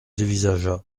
dévisagea